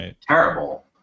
terrible